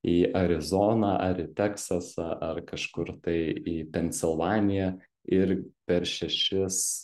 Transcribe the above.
į arizoną ar į teksasą ar kažkur tai į pensilvaniją ir per šešis